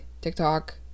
tiktok